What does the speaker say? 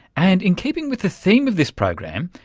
and in keeping with the theme of this program,